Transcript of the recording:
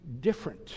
different